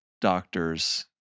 doctors